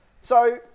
So-